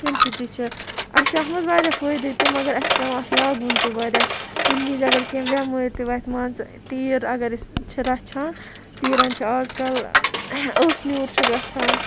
تمہِ سۭتۍ تہِ چھِ اَسہِ چھِ اَتھ مَنٛز واریاہ فٲیدٕ تہِ مَگَر اَسہِ چھُ پیٚوان اَتھ لاگُن تہِ واریاہ کُنہِ وِزِ اَگَر کینٛہہ بیٚمٲرۍ تہِ وۄتھِ مان ژٕ تیٖر اَگَر أسۍ چھِ رَچھان تیٖرَن چھِ آزکَل أچھ نیوٗر چھُ گَژھان